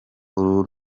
uru